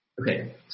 okay